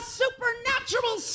supernatural